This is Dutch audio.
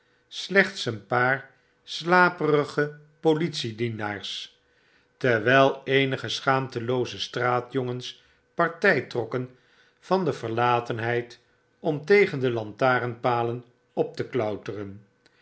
slechts een paar slaperige politiedienaars terwyl eenige schaamtelooze straatjongens party trokken van de verlatenheid om tegen de lantaarnpalen op te klauteren